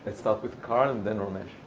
and start with carl, then ramesh.